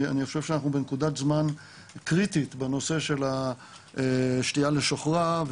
אני חושב שאנחנו בנקודת זמן קריטית בנושא של השתייה לשוכרה,